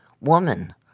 Woman